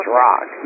rock